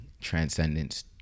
transcendence